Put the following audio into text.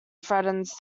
threatens